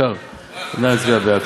אפשר להצביע בעד.